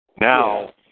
Now